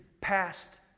past